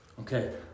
okay